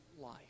life